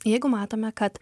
jeigu matome kad